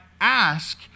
ask